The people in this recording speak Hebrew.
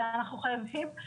אבל הרבה יותר קל לתת כדור שינה.